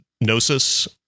Gnosis